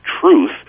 truth